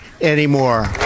anymore